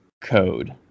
code